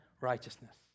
righteousness